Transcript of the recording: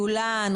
לולן,